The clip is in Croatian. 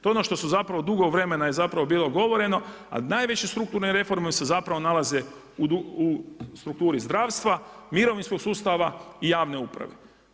To je ono što su zapravo dugo vremena je zapravo bilo govoreno, a najveće strukturne reforme se zapravo nalaze u strukturi zdravstva, mirovinskog sustava i javne uprave.